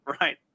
Right